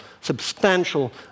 substantial